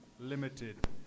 Limited